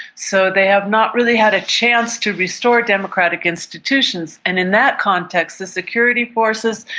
so they have not really had a chance to restore democratic institutions, and in that context the security forces,